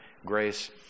grace